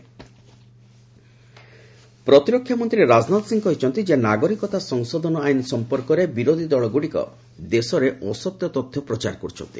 କର୍ଣ୍ଣାଟକ ରାଜନାଥ ପ୍ରତିରକ୍ଷା ମନ୍ତ୍ରୀ ରାଜନାଥ ସିଂହ କହିଛନ୍ତି ଯେ ନାଗରିକତା ସଂଶୋଧନ ଆଇନ୍ ସମ୍ପର୍କରେ ବିରୋଧୀ ଦଳଗୁଡ଼ିକ ଦେଶରେ ଅସତ୍ୟ ତଥ୍ୟ ପ୍ରଚାର କରୁଛନ୍ତି